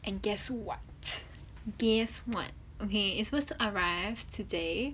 and guess what guess what okay it's supposed to arrive today